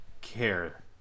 Care